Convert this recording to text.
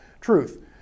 truth